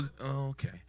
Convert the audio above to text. okay